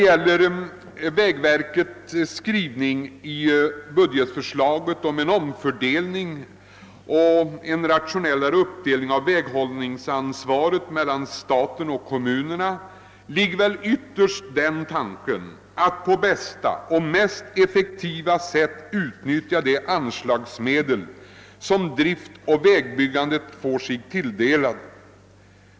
Bakom vägverkets skrivning i budgetförslaget om en rationellare fördelning av väghållningsansvaret mellan staten och kommunerna ligger ytterst den tanken, att man på mest effektiva sätt skall utnyttja de anslagsmedel som man får sig tilldelade för underhåll och vägbyggande.